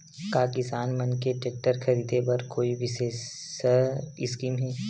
का किसान मन के टेक्टर ख़रीदे बर कोई विशेष स्कीम हे?